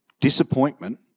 disappointment